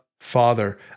Father